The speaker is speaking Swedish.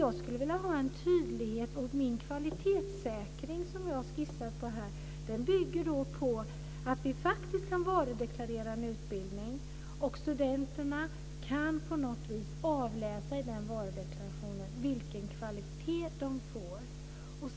Jag skulle vilja ha en tydlighet åt min kvalitetssäkring som jag har skissat här. Den bygger på att vi faktiskt kan varudeklarera en utbildning och att studenterna på något vis kan avläsa i den varudeklarationen vilken kvalitet de får.